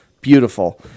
beautiful